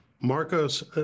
Marcos